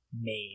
made